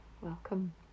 Welcome